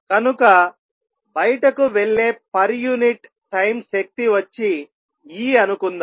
కనుక బయటకు వెళ్లే పర్ యూనిట్ టైం శక్తి వచ్చి E అనుకుందాం